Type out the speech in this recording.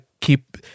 keep